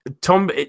tom